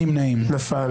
נפל.